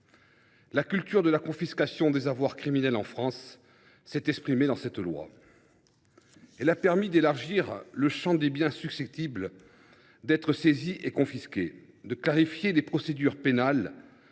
La culture de la confiscation des avoirs criminels en France s’est exprimée dans cette loi. Elle a permis d’élargir le champ des biens susceptibles d’être saisis et confisqués, de clarifier les procédures pénales